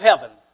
heaven